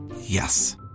Yes